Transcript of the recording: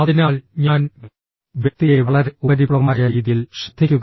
അതിനാൽ ഞാൻ വ്യക്തിയെ വളരെ ഉപരിപ്ലവമായ രീതിയിൽ ശ്രദ്ധിക്കുക